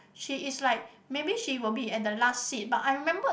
she is like maybe she will be at the last seat but I remembered